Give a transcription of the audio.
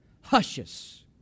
hushes